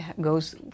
goes